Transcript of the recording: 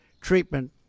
treatment